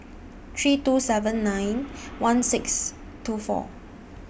three two seven nine one six two four